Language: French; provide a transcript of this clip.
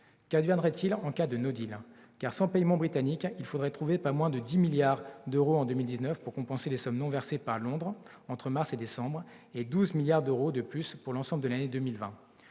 de paiement de sa contribution par le Royaume-Uni, il faudrait trouver pas moins de 10 milliards d'euros en 2019 pour compenser les sommes non versées par Londres entre mars et décembre, et 12 milliards d'euros de plus pour l'ensemble de l'année 2020.